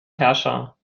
herrscher